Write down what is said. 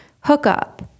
hookup